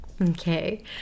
Okay